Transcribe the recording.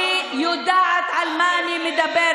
אני יודעת על מה אני מדברת,